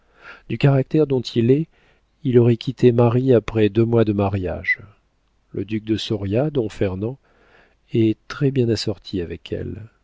du caractère dont il est il aurait quitté marie après deux mois de mariage le duc de soria don fernand est très bien assorti avec elle